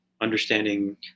understanding